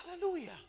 Hallelujah